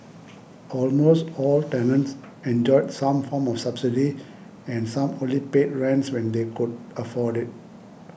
almost all tenants enjoyed some form of subsidy and some only paid rents when they could afford it